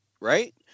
Right